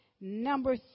number